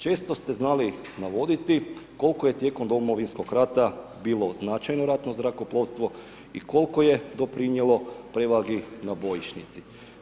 Često ste znali navoditi koliko je tijekom Domovinskog rata bilo značajno ratno zrakoplovstvo i koliko je doprinijelo prevali na bojišnici.